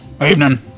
Evening